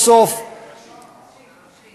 וסביר להניח שהיית באופוזיציה עם חברי מיש עתיד,